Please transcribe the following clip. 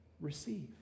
receive